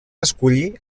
escollir